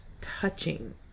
touching